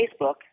Facebook